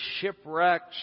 shipwrecks